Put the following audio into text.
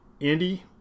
Andy